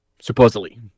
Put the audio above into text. supposedly